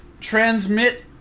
transmit